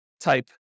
type